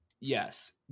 yes